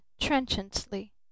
trenchantly